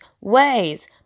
ways